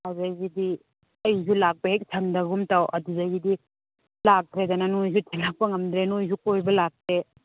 ꯑꯗꯨꯗꯒꯤꯗꯤ ꯑꯩꯁꯨ ꯂꯥꯛꯄ ꯍꯦꯛ ꯁꯪꯗꯒꯨꯝ ꯇꯧ ꯑꯗꯨꯗꯒꯤꯗꯤ ꯂꯥꯛꯇ꯭ꯔꯦꯗꯅ ꯅꯣꯏꯅꯁꯨ ꯊꯤꯟꯂꯛꯄ ꯉꯝꯗꯦ ꯅꯣꯏꯁꯨ ꯀꯣꯏꯕ ꯂꯥꯛꯇꯦ